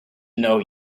know